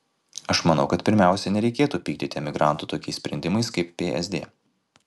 aš manau kad pirmiausia nereikėtų pykdyti emigrantų tokiais sprendimais kaip psd